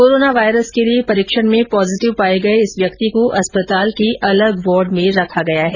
corona virus के लिए परीक्षण में पॉजिटिव पाए गए इस व्यक्ति को अस्पताल के अलग वार्ड में रखा गया है